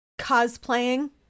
cosplaying